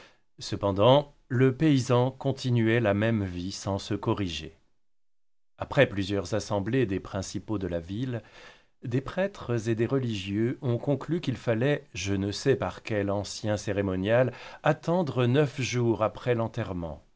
cependant le paysan continuait la même vie sans se corriger après plusieurs assemblées des principaux de la ville des prêtres et des religieux on conclut qu'il fallait je ne sais par quel ancien cérémonial attendre neuf jours après l'enterrement